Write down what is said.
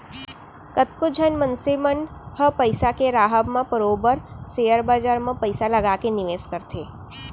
कतको झन मनसे मन ह पइसा के राहब म बरोबर सेयर बजार म पइसा लगा के निवेस करथे